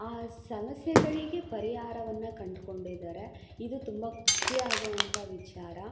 ಆ ಸಮಸ್ಯೆಗಳಿಗೆ ಪರಿಹಾರವನ್ನು ಕಂಡ್ಕೊಂಡಿದ್ದಾರೆ ಇದು ತುಂಬ ಖುಷಿಯಾಗೋವಂಥ ವಿಚಾರ